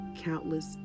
countless